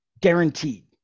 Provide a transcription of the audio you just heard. guaranteed